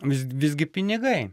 visgi pinigai